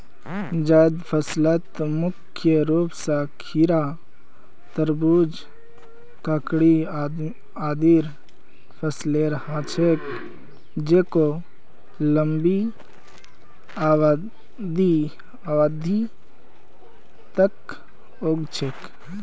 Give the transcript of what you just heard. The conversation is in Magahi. जैद फसलत मुख्य रूप स खीरा, तरबूज, ककड़ी आदिर फसलेर ह छेक जेको लंबी अवधि तक उग छेक